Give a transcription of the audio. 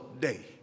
Day